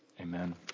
Amen